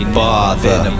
bother